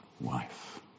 wife